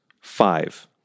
five